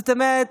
זאת אומרת,